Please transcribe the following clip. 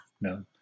no